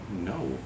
no